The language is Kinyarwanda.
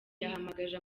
yahamagaje